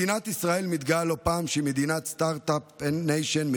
מדינת ישראל מתגאה לא פעם שהיא סטרטאפ ניישן,